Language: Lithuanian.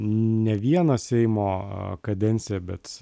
ne vieną seimo kadenciją bet